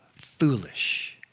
foolish